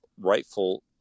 rightful